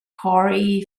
corry